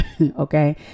okay